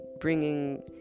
bringing